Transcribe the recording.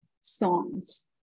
songs